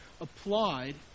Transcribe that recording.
applied